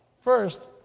First